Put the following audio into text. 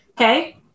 Okay